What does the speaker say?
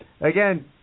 again